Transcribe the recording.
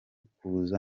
kuza